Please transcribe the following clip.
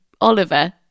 Oliver